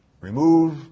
remove